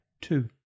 Two